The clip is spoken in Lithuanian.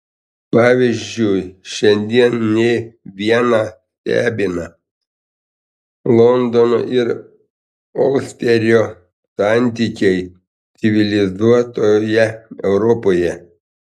pavyzdžiui šiandien ne vieną stebina londono ir olsterio santykiai civilizuotoje europoje